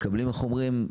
איך אומרים?